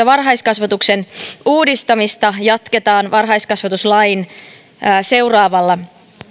varhaiskasvatuksen uudistamista jatketaan varhaiskasvatuslain seuraavalla